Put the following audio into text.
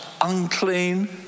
unclean